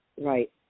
Right